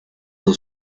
will